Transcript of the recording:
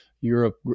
Europe